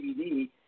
DVD